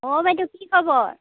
অ' বাইদেউ কি খবৰ